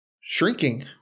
shrinking